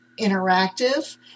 interactive